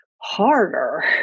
harder